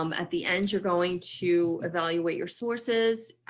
um at the end, you're going to evaluate your sources.